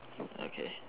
uh okay